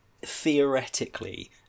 theoretically